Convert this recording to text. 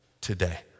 today